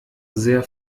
sehr